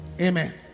Amen